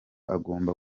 agomba